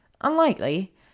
Unlikely